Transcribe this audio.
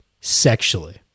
sexually